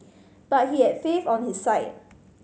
but he had faith on his side